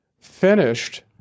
finished